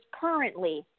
currently